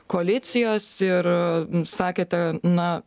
koalicijos ir sakėte na